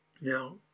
now